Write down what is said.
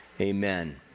amen